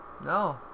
No